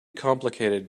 complicated